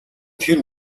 тэр